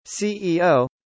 CEO